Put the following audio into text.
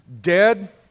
dead